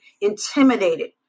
intimidated